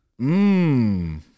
Mmm